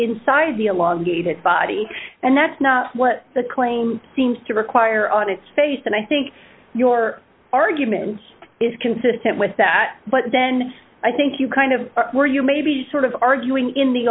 inside the a long dated body and that's not what the claim seems to require on its face and i think your argument is consistent with that but then i think you kind of were you may be sort of arguing in the